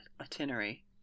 itinerary